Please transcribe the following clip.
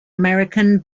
american